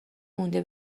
مونده